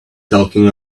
talking